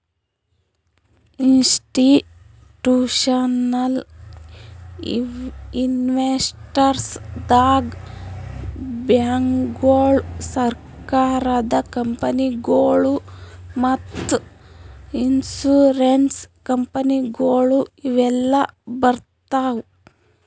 institutional investors ದಾಗ್ ಬ್ಯಾಂಕ್ಗೋಳು, ಸರಕಾರದ ಕಂಪನಿಗೊಳು ಮತ್ತ್ ಇನ್ಸೂರೆನ್ಸ್ ಕಂಪನಿಗೊಳು ಇವೆಲ್ಲಾ ಬರ್ತವ್